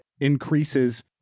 increases